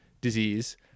disease